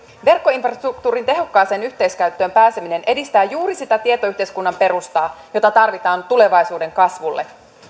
verkkoinfrastruktuurin tehokkaaseen yhteiskäyttöön pääseminen edistää juuri sitä tietoyhteiskunnan perustaa jota tarvitaan tulevaisuuden kasvulle